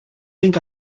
think